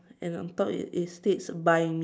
and on top it states buy me